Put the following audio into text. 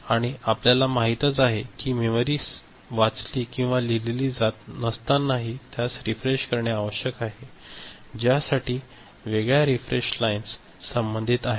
आणि आपल्याला माहीतच आहे की मेमरी वाचली किंवा लिहिलेली जात नसतानाही त्यास रीफ्रेश करणे आवश्यक आहे ज्यासाठी वेगळ्या रीफ्रेश लाईन संबंधित आहेत